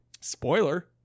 Spoiler